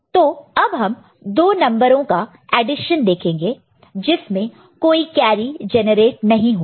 तो अब हम दो नंबरों का एडिशन देखेंगे जिसमें कोई कैरी जनरेट नहीं होगा